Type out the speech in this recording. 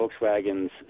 Volkswagen's